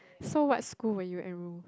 so what school will you enroll